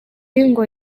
ngo